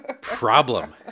problem